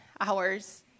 hours